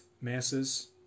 masses